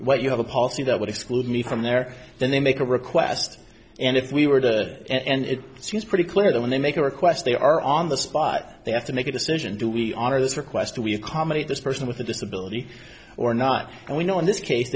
well you have a policy that would exclude me from there then they make a request and if we were to and it seems pretty clear that when they make a request they are on the spot they have to make a decision do we honor this request we accommodate this person with a disability or not and we know in this case